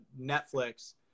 Netflix